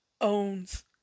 owns